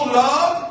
love